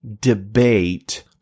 debate